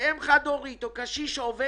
אם זה לאם החד הורית או לקשיש שעובד.